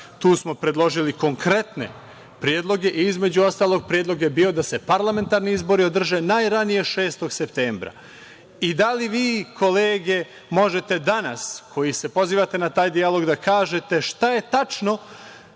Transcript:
Tu smo predložili konkretne predloge i između ostalog, predlog je bio da se parlamentarni izbori održe najranije 6. septembra. Kolege, da li vi danas, koji se pozivate na taj dijalog možete da kažete šta je tačno